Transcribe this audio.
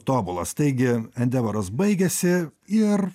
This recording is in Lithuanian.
tobulas taigi endevaras baigiasi ir